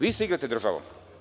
Vi se igrate državom.